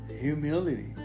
humility